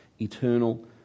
eternal